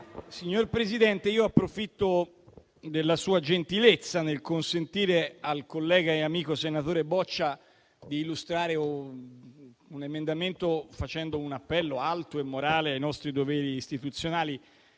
Signor Presidente, approfitto della sua gentilezza nel consentire al collega e amico senatore Boccia di illustrare un emendamento, facendo un appello alto e morale ai nostri doveri istituzionali